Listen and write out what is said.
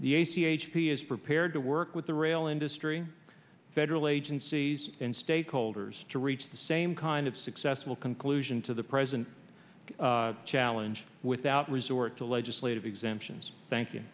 the a c h p is prepared to work with the rail industry federal agencies and stakeholders to reach the same kind of successful conclusion to the present challenge without resort to legislative exemptions thank you